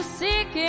sick